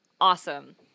awesome